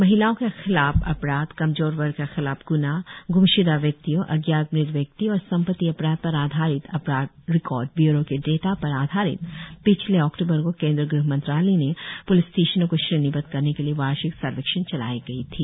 महिलाओं के खिलाफ अपराध कमजोर वर्ग के खिलाफ ग्नाह ग्मश्दा व्यक्तियों अज्ञात मृत व्यक्ति और संपत्ति अपराध पर आधारित अपराध रिकॉर्ड ब्यूरो के डेटा पर आधारित पिछले अक्टूबर को केंद्रीय गृह मंत्रालय ने प्लिस स्टेशनों को श्रेणीबद्ध करने के लिए वार्षिक सर्वेक्षण चलाई गई थी